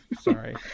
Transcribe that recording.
Sorry